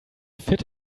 fit